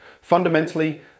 Fundamentally